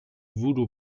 voodoo